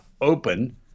open